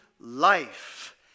life